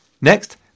Next